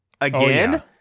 again